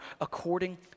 according